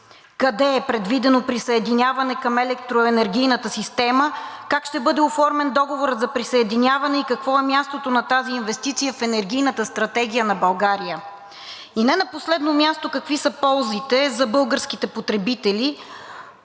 Къде е предвидено присъединяване към електроенергийната система, как ще бъде оформен договорът за присъединяване и какво е мястото на тази инвестиция в Енергийната стратегия на България? И не на последно място, какви са ползите за българските потребители,